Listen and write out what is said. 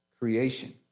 creation